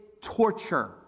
torture